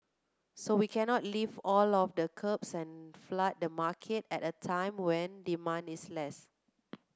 so we cannot lift all of the curbs and flood the market at a time when demand is less